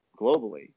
globally